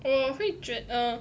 err 我会觉得 err